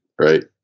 right